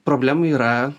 problemų yra